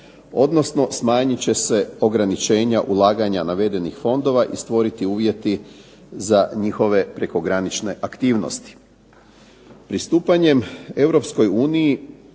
odnosno smanjit će se ograničenja ulaganja navedenih fondova i stvoriti uvjeti za njihove prekogranične aktivnosti. Pristupanjem